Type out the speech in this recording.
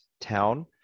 town